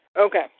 Okay